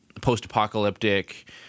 post-apocalyptic